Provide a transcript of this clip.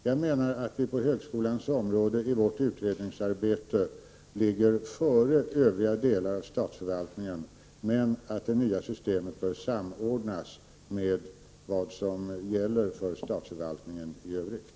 Jag menar att vi på högskolans område i vårt utredningsarbete ligger före övriga delar av statsförvaltningen men att det nya systemet bör samordnas med vad som gäller för statsförvaltningen i övrigt.